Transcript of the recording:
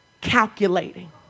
calculating